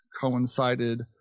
coincided